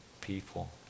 people